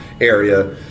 area